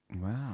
wow